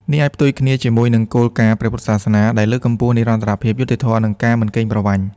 នេះអាចផ្ទុយគ្នាជាមួយនឹងគោលការណ៍ព្រះពុទ្ធសាសនាដែលលើកកម្ពស់ និរន្តរភាព យុត្តិធម៌ និងការមិនកេងប្រវ័ញ្ច។